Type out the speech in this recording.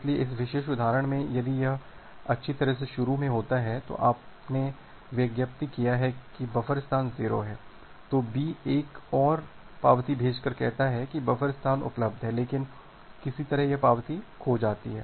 इसलिए इस विशेष उदाहरण में यदि यह अच्छी तरह से शुरू में होता है तो आपने विज्ञापित किया है कि बफर स्थान 0 है तो B एक और पावती भेजकर कहता है कि बफ़र स्थान उपलब्ध है लेकिन किसी तरह यह पावती खो जाती है